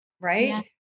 right